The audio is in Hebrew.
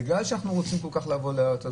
בגלל שאנחנו רוצים כל כך לבוא לארץ הזאת,